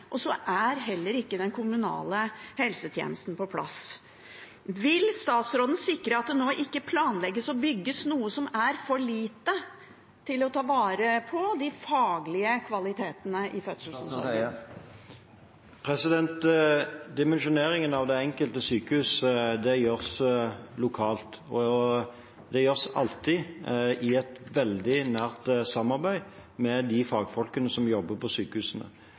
og barn hjem tidligere, og den kommunale helsetjenesten er heller ikke på plass. Vil statsråden sikre at det nå ikke planlegges og bygges noe som er for lite for å ta vare på de faglige kvalitetene i fødselsomsorgen? Dimensjoneringen av det enkelte sykehus gjøres lokalt og alltid i et veldig nært samarbeid med fagfolkene som jobber på sykehusene.